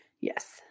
yes